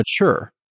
mature